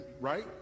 right